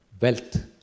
wealth